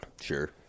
sure